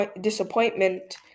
disappointment